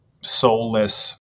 soulless